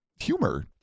humor